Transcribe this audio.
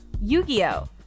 Yu-Gi-Oh